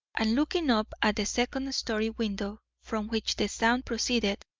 and looking up at the second-story window from which the sound proceeded,